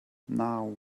now